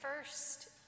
first